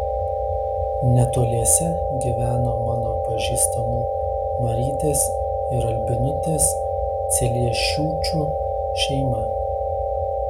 netoliese gyveno mano pažįstamų marytės ir albinutės celiešiūčių šeima